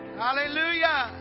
hallelujah